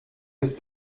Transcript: ist